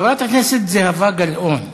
חברת הכנסת זהבה גלאון,